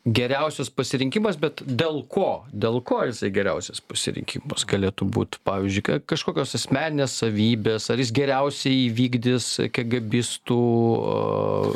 geriausias pasirinkimas bet dėl ko dėl ko jisai geriausias pasirinkimas galėtų būt pavyzdžiui kažkokios asmeninės savybės ar jis geriausiai įvykdys kėgėbistų